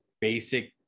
basic